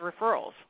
referrals